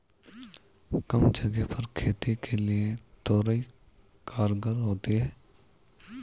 कम जगह पर खेती के लिए तोरई कारगर होती है